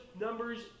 numbers